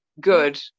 Good